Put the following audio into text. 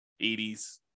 80s